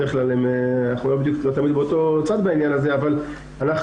בדרך כלל אנחנו לא באותו צד בעניין הזה אנחנו